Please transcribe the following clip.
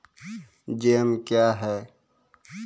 Jam क्या हैं?